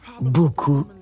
beaucoup